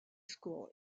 school